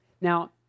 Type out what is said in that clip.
Now